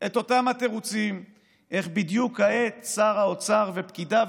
את אותם התירוצים: איך בדיוק כעת שר האוצר ופקידיו,